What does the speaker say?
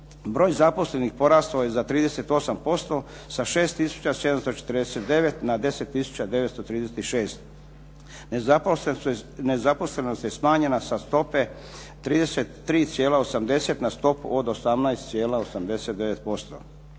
Broj zaposlenih porastao je za 38% sa 6 tisuća 749 na 10 tisuća 936. Nezaposlenost je smanjenja sa stope 33,80 na stopu od 18,89%.